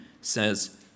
says